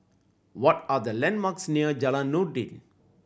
what are the landmarks near Jalan Noordin